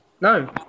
No